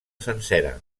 sencera